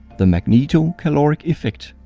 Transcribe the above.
the magnetocaloric effect.